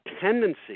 tendency